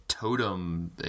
Totem